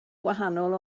gwahanol